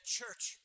church